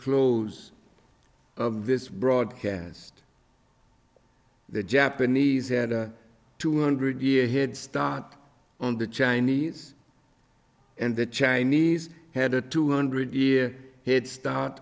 close of this broadcast the japanese had two hundred year head start on the chinese and the chinese had a two hundred year hit start